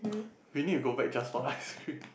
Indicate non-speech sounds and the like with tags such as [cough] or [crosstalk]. we need to go back just for [breath] ice cream